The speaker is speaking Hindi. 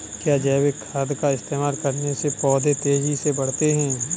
क्या जैविक खाद का इस्तेमाल करने से पौधे तेजी से बढ़ते हैं?